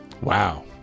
Wow